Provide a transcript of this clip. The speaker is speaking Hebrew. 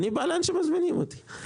אני בא לאן שמזמינים אותי.